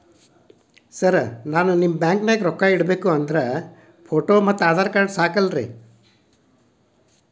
Sir ನಾನು ನಿಮ್ಮ ಬ್ಯಾಂಕನಾಗ ರೊಕ್ಕ ಇಡಬೇಕು ಅಂದ್ರೇ ಫೋಟೋ ಮತ್ತು ಆಧಾರ್ ಕಾರ್ಡ್ ಸಾಕ ಅಲ್ಲರೇ?